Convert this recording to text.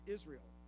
Israel